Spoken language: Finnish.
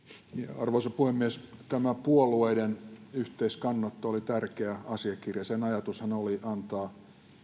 arvoisa puhemies tämä puolueiden yhteiskannanotto oli tärkeä asiakirja sen ajatushan oli antaa